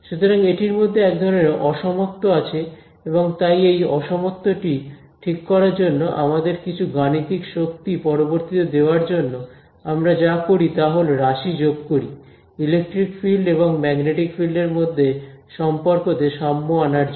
সুতরাং এটির মধ্যে এক ধরণের অসমত্ব রয়েছে এবং তাই এই অসমত্বটি ঠিক করার জন্য আমাদের কিছু গাণিতিক শক্তি পরবর্তীতে দেওয়ার জন্য আমরা যা করি তা হল রাশি যোগ করি ইলেকট্রিক ফিল্ড এবং ম্যাগনেটিক ফিল্ড এর মধ্যে সম্পর্ক তে সাম্য আনার জন্য